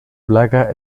placa